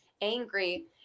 angry